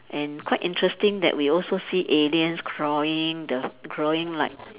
and quite interesting that we also see aliens crawling the crawling like